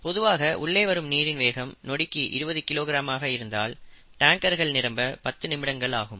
பொதுவாக உள்ளே வரும் நீரின் வேகம் நொடிக்கு 20 கிலோகிராம் ஆக இருந்தால் டேங்கர்கள் நிரம்ப 10 நிமிடங்கள் ஆகும்